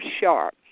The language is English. sharp